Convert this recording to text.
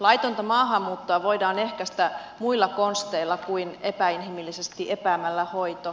laitonta maahanmuuttoa voidaan ehkäistä muilla konsteilla kuin epäinhimillisesti epäämällä hoito